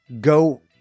go